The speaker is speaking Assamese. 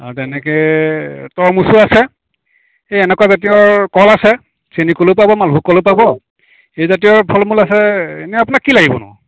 আৰু তেনেকৈ তৰমুজও আছে সেই এনেকুৱা জাতীয়ৰ কল আছে চেনী কলো পাব মালভোগ কলো পাব সেই জাতীয়ৰ ফলমূল আছে এনে আপোনাক কি লাগিবনো